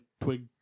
twig